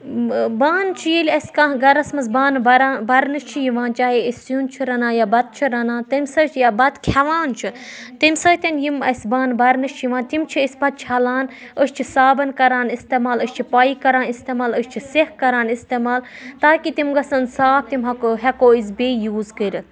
بانہٕ چھُ ییٚلہِ اَسہِ کانٛہہ گَرَس منٛز بانہٕ بَران بَرنہٕ چھِ یِوان چاہے أسۍ سیُن چھُ رَنان یا بَتہٕ چھِ رَنان تمہِ سۭتۍ یا بَتہٕ کھیٚوان چھ تمہِ سۭتۍ یِم اَسہِ بانہٕ بَرنہٕ چھِ یِوان تِم چھِ أسۍ پَتہٕ چھَلان أسۍ چھِ صابَن کَران استعمال أسۍ چھِ پَیہ کَران اِستعمال أسۍ چھِ سیٚکھ کَران استعمال تاکہِ تِم گَژھَن صاف تِم ہیٚکو ہیٚکو أسۍ بیٚیہِ یوٗز کٔرِتھ